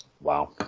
Wow